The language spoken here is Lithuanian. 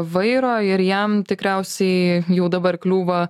vairo ir jam tikriausiai jau dabar kliūva